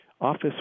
office